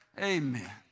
Amen